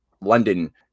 London